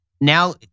now